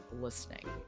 listening